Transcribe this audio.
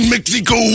Mexico